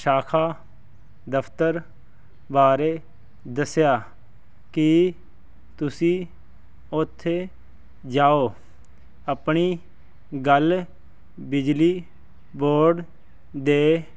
ਸ਼ਾਖਾ ਦਫਤਰ ਬਾਰੇ ਦੱਸਿਆ ਕਿ ਤੁਸੀਂ ਉੱਥੇ ਜਾਓ ਆਪਣੀ ਗੱਲ ਬਿਜਲੀ ਬੋਰਡ ਦੇ